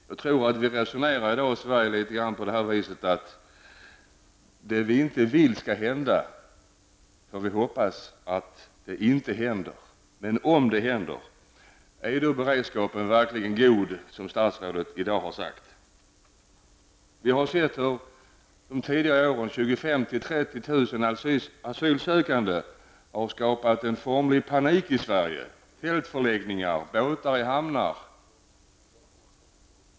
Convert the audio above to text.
Jag tror att vi i Sverige i dag resonerar litet grand som att det vi inte vill skall hända får vi hoppas att det inte händer. Men om det händer, är beredskapen då verkligen god, som statsrådet i dag har sagt? Vi har under de senaste åren sett hur 25 000--30 000 asylsökande har skapat en formlig panik i Sverige -- tältförläggningar och båtar i hamnar.